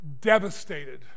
devastated